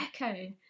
echo